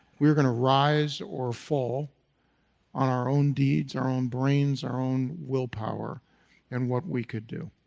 we were going to rise or fall on our own deeds, our own brains, our own willpower and what we could do.